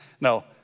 no